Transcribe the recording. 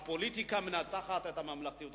הפוליטיקה מנצחת את הממלכתיות,